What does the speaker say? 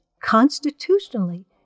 Constitutionally